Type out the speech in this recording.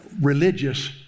Religious